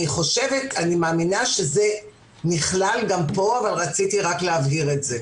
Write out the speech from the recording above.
אני מאמינה שזה נכלל גם פה אבל רציתי להבהיר את זה,